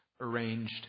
arranged